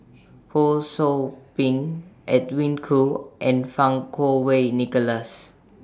Ho SOU Ping Edwin Koo and Fang Kuo Wei Nicholas